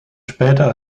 später